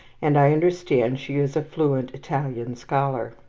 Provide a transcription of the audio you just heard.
and i understand she is a fluent italian scholar.